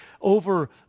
over